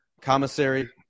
Commissary